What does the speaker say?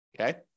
Okay